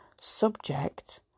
subject